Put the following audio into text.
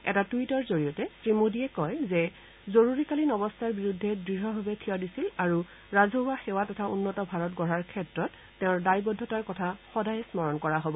এটা টুইটৰ জৰিয়তে শ্ৰীমোদীয়ে কয় যে জৰুৰীকালীন অৱস্থাৰ বিৰুদ্ধে দঢ়ভাৱে থিয় দিছিল আৰু ৰাজহুৱা সেৱা তথা উন্নত ভাৰত গঢ়াৰ ক্ষেত্ৰত তেওঁৰ দায়বদ্ধতাৰ কথা সদায়েই স্মৰণ কৰা হব